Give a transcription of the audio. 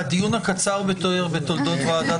הישיבה ננעלה